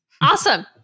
Awesome